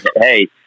hey